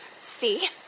See